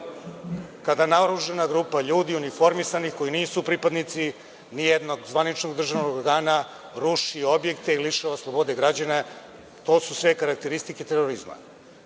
Kada naoružana grupa ljudi uniformisanih koji nisu pripadnici nijednog zvaničnog državnog organa, ruši objekte i lišava slobode građana, to su sve karakteristike terorizma. Iskren